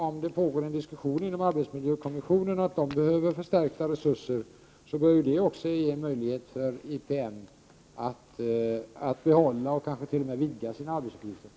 Om det pågår en diskussion inom arbetsmiljökommissionen om att man där behöver förstärkta resurser, bör det ge möjlighet för IPM att behålla och kanske t.o.m. vidga sina arbetsuppgifter.